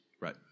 Right